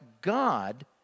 God